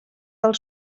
del